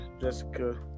Jessica